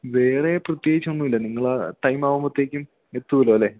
വേറെ പ്രത്യേകിച്ചൊന്നും ഇല്ല നിങ്ങൾ ആ ടൈമ് ആകുമ്പോഴ്ത്തേക്കും എത്തുമല്ലോ അല്ലേ